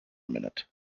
minute